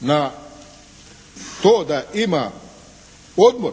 na to da ima odbor